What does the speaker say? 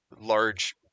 large